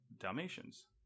Dalmatians